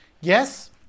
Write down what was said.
Yes